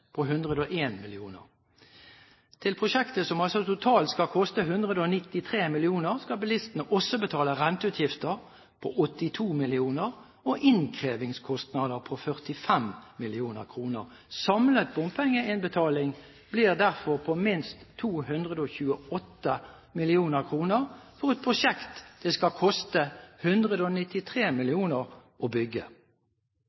på 101 mill. kr, som totalt skal koste 193 mill. kr. Bilistene skal også betale renteutgifter på 82 mill. kr og innkrevingskostnader på 45 mill. kr. Samlet bompengeinnbetaling blir derfor på minst 228 mill. kr for et prosjekt det skal koste 193